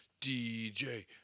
DJ